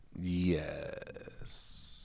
Yes